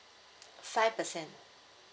five percent